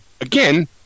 Again